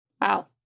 Wow